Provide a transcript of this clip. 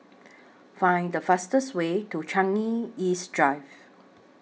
Find The fastest Way to Changi East Drive